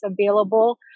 available